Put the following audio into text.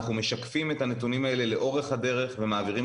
אנחנו משקפים את הנתונים האלה לאורך הדרך ומעבירים